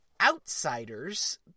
outsiders